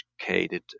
educated